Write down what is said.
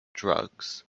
drugs